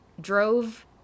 drove